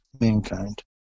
mankind